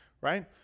right